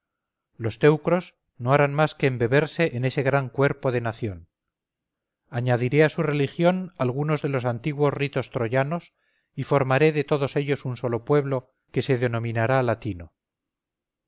los teucros no harán más que embeberse en ese gran cuerpo de nación añadiré a su religión algunos de los antiguos ritos troyanos y formaré de todos ellos un solo pueblo que se denominará latino